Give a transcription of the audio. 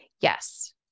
Yes